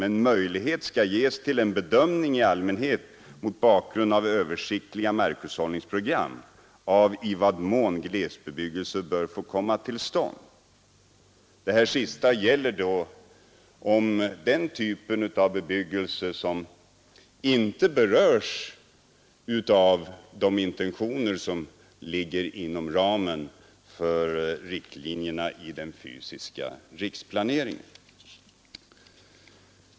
Men möjlighet skall ges till en bedömning — i allmänhet mot bakgrund av översiktliga markhushållningsprogram — av i vad mån glesbebyggelse bör få komma till stånd.” Detta gäller då de områden som inte berörs av särskilda anspråk inom ramen för riktlinjerna i den fysiska riksplaneringen.